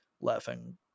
laughing